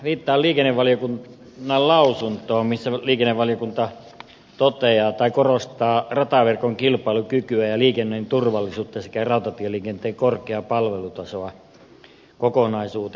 viittaan liikennevaliokunnan lausuntoon missä liikennevaliokunta korostaa rataverkon kilpailukykyä ja liikenteen turvallisuutta sekä rautatieliikenteen korkeaa palvelutasoa kokonaisuutena